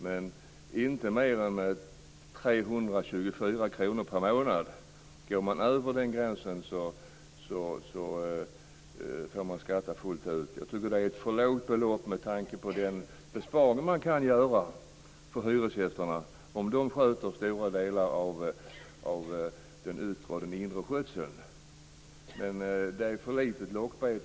Men om man går över gränsen på 324 kr per månad får man skatta fullt ut. Jag tycker att det är ett för lågt belopp med tanke på den besparing man kan göra för hyresgästerna om de tar hand om stora delar av den yttre och inre skötseln. Det är ett för litet lockbete.